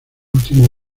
último